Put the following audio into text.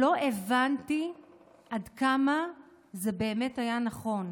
לא הבנתי עד כמה זה באמת היה נכון.